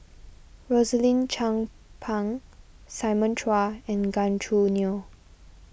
Rosaline Chan Pang Simon Chua and Gan Choo Neo